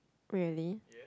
really